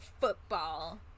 football